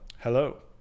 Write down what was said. hello